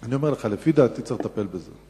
אני אומר לך, לפי דעתי צריך לטפל בזה.